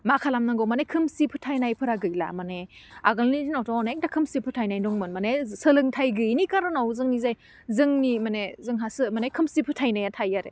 मा खालामनांगौ माने खोमसि फोथायनायफोरा गैला माने आगोलनि दिनावथ' अनेख दा खोमसि फोथायनाय दंमोन माने सोलोंथाइ गैयैनि खार'नाव जोंनि जाय जोंनि माने जोंहासो माने खोमसि फोथायनाया थायो आरो